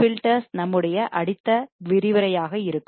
filters நம்முடைய அடுத்த விரிவுரையாக இருக்கும்